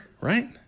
right